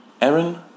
Aaron